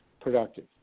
productive